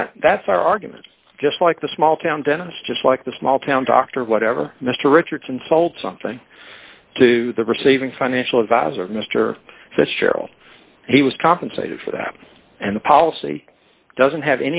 that that's our argument just like the small town dentist just like the small town doctor or whatever mr richardson sold something to the receiving financial advisor mr fitzgerald he was compensated for that and the policy doesn't have